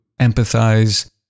empathize